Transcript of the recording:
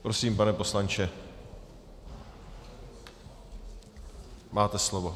Prosím, pane poslanče, máte slovo.